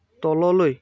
তললৈ